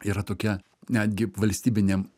yra tokia netgi valstybinė